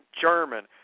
German